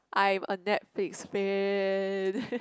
I'm a Netflix fan